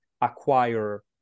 acquire